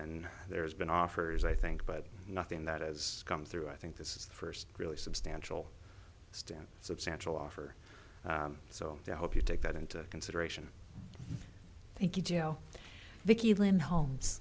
and there's been offers i think but nothing that has come through i think this is the first really substantial still substantial offer so i hope you take that into consideration thank you joe vickie lynn homes